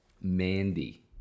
Mandy